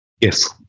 Yes